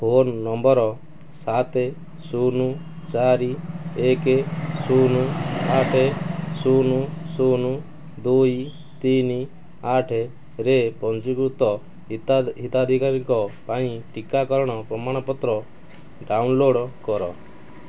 phone number ସାତ ଶୂନ ଚାରି ଏକ ଶୂନ ଆଠ ଶୂନ ଶୂନ ଦୁଇ ତିନି ଆଠରେ ପଞ୍ଜୀକୃତ ହିତାଧିକାରୀଙ୍କ ପାଇଁ ଟିକାକରଣ ପ୍ରମାଣପତ୍ର ଡ଼ାଉନଲୋଡ଼୍ କର